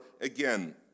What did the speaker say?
again